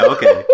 Okay